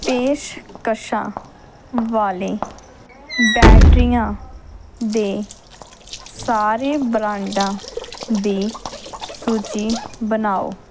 ਪੇਸ਼ਕਸ਼ਾਂ ਵਾਲੇ ਬੈਟਰੀਆਂ ਦੇ ਸਾਰੇ ਬ੍ਰਾਂਡਾਂ ਦੀ ਸੂਚੀ ਬਣਾਓ